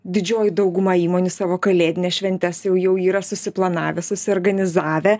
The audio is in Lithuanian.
didžioji dauguma įmonių savo kalėdines šventes jau jau yra susiplanavę susiorganizavę